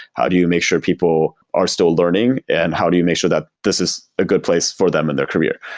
how do you make sure people are still learning and how do you make sure that this is a good place for them in their career?